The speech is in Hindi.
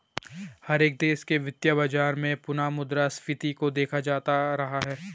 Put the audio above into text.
हर एक देश के वित्तीय बाजार में पुनः मुद्रा स्फीती को देखा जाता रहा है